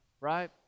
right